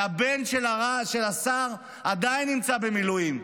והבן של השר עדיין נמצא במילואים.